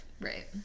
Right